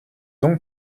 donc